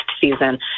season